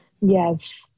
yes